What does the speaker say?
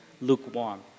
lukewarm